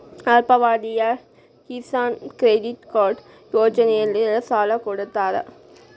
ಅಲ್ಪಾವಧಿಯ Kisan credit card ಯೋಜನೆಯಲ್ಲಿಸಾಲ ಕೊಡತಾರ